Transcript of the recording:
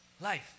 life